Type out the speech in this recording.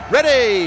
Ready